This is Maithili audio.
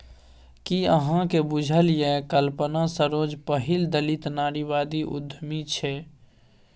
कि अहाँक बुझल यै कल्पना सरोज पहिल दलित नारीवादी उद्यमी छै?